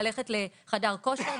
ללכת לחדר כושר,